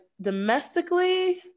domestically